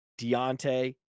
Deontay